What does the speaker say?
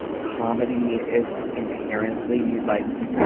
comedy is inherently like.